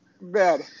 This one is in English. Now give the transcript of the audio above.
bad